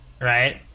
right